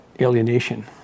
alienation